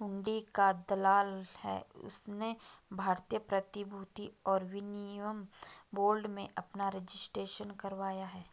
हुंडी का दलाल है उसने भारतीय प्रतिभूति और विनिमय बोर्ड में अपना रजिस्ट्रेशन करवाया है